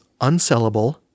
unsellable